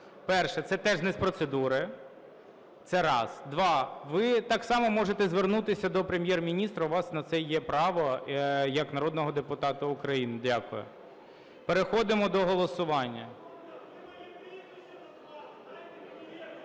Перше. Це теж не з процедури. Це раз. Два. Ви так само можете звернутися до Прем'єр-міністра, у вас на це є право як народного депутата України. Дякую. Переходимо до голосування.